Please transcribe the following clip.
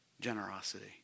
generosity